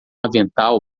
avental